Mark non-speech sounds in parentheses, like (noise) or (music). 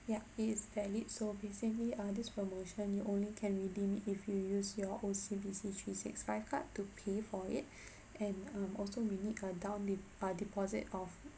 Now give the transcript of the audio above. yup it is valid so basically err this promotion you only can redeem if you use your O_C_B_C three six five card to pay for it (breath) and um also we need uh down err deposit of